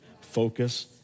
Focus